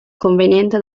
conveniente